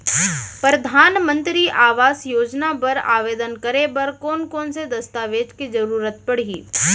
परधानमंतरी आवास योजना बर आवेदन करे बर कोन कोन से दस्तावेज के जरूरत परही?